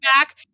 back